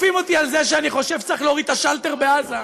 תוקפים אותי על זה שאני חושב שצריך להוריד את השלטר בעזה,